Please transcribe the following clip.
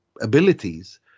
abilities